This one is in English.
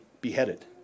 beheaded